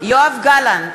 יואב גלנט,